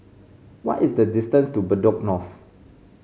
what is the distance to Bedok North